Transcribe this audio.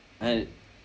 I